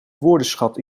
woordenschat